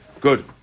Good